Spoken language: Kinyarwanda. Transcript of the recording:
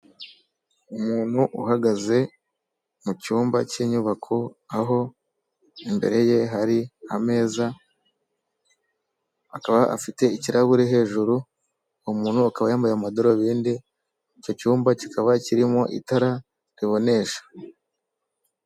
Umuntu uhagaze mu cyumba cy'inyubako aho imbere ye hari ameza, akaba afite ikirahure hejuru, umuntu akaba yambaye amadarubindi, icyo cyumba kikaba kirimo itara ribonesha.